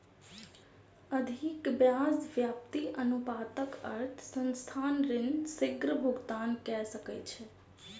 अधिक ब्याज व्याप्ति अनुपातक अर्थ संस्थान ऋण शीग्र भुगतान कय सकैछ